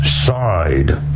side